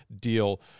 deal